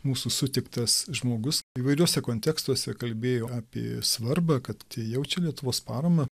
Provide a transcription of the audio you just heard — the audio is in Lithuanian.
mūsų sutiktas žmogus įvairiuose kontekstuose kalbėjo apie svarbą kad jie jaučia lietuvos paramą